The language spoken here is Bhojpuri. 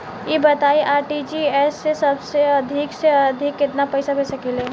ई बताईं आर.टी.जी.एस से अधिक से अधिक केतना पइसा भेज सकिले?